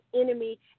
enemy